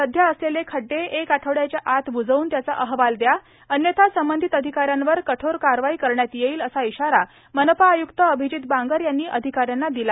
सध्या असलेले खड्डे एक आठवड्यापर्यंत ब्जवून त्याचा अहवाल द्या अन्यथा संबंधित अधिकाऱ्यांवर कठोर कारवाई करण्यात येईल असा इशारा मनपा आय्क्त अभिजीत बांगर यांनी अधिकाऱ्यांना दिला